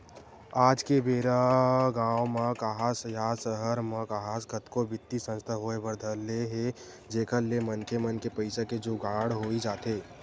आज के बेरा गाँव म काहस या सहर म काहस कतको बित्तीय संस्था होय बर धर ले हे जेखर ले मनखे मन के पइसा के जुगाड़ होई जाथे